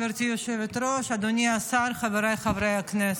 גברתי היושבת-ראש, אדוני השר, חבריי חברי הכנסת,